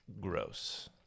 gross